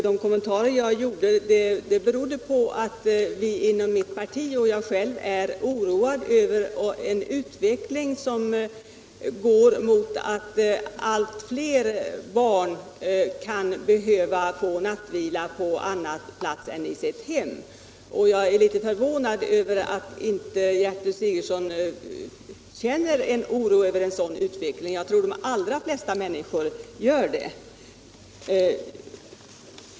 De kommentarer som jag gjorde berodde på att vi inom mitt parti är oroade över en utveckling som går mot att allt fler barn kan behöva få nattvila på annan plats än i sitt eget hem. Jag är litet förvånad över att Gertrud Sigurdsen inte känner oro över en sådan utveckling. Jag tror att de allra flesta människor gör det.